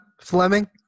Fleming